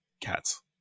cats